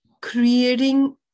creating